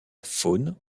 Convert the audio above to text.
faune